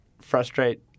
frustrate